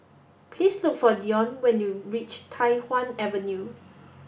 please look for Dionne when you reach Tai Hwan Avenue